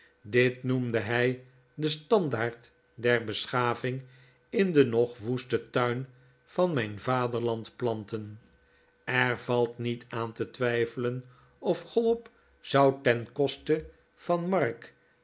dit noemde hij den standaard der beschaving in den nog woesten tuin van mijn vaderland planten er valt niet aan te twijfelen of chollop zou ten koste van mark